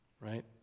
Right